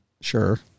Sure